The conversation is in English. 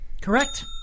Correct